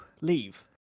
leave